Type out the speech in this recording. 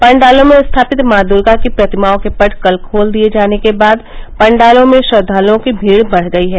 पाण्डालों में स्थापित माँ दुर्गा की प्रतिमाओं के पट्ट कल खोल दिए जाने के बाद पाण्डालों में श्रद्वालुओं की भीड़ बढ़ गयी है